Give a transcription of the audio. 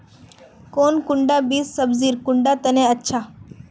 कौन कुंडा बीस सब्जिर कुंडा तने अच्छा?